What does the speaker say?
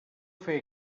fer